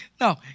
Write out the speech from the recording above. No